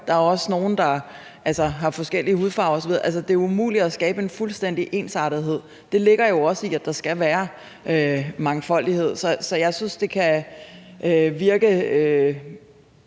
høje, og de kan have forskellig hudfarve osv. Altså, det er umuligt at skabe en fuldstændig ensartethed. Det ligger jo også i, at der skal være mangfoldighed. Så jeg synes, det kan virke